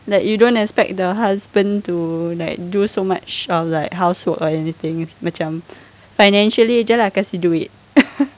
like you don't expect the husband to like do so much of like housework or anything is macam financially sahaja lah kasih duit